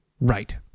Right